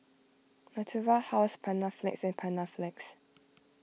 Natura House Panaflex and Panaflex